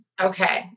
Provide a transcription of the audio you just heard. Okay